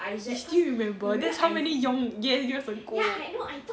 you still remember that's how many yong yen years ago